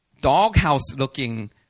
doghouse-looking